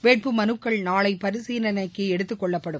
வேட்புமனுக்கள் நாளை பரிசீலனைக்கு எடுத்துக் கொள்ளப்படும்